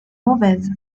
mauvaise